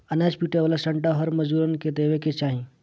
अनाज पीटे वाला सांटा हर मजूरन के देवे के चाही